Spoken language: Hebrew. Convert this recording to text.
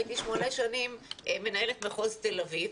הייתי שמונה שנים מנהלת מחוז תל אביב,